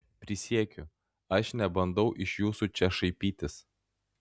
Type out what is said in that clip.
prisiekiu aš nebandau iš jūsų čia šaipytis